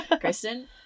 Kristen